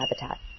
habitat